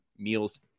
Meals